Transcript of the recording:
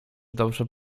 dobrze